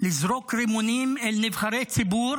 לזרוק רימונים על נבחרי ציבורי